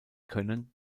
können